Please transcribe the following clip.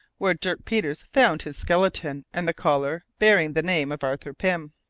where dirk peters found his skeleton and the collar bearing the name of arthur pym.